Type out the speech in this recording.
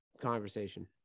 conversation